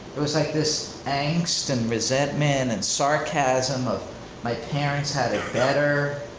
it was like this and angst and resentment and sarcasm of my parents had it better.